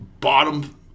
bottom